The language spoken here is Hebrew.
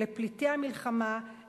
לפליטי המלחמה,